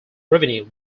revenue